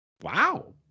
Wow